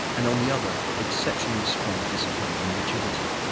and on the other exceptionally strong discipline and rigidity.